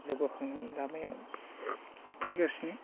जौगाखांनायनि लामायाव फैगासिनो